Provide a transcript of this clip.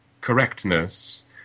correctness